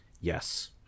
yes